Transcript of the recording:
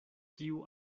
kiu